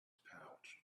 pouch